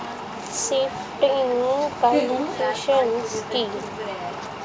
Shifting cultivation কি?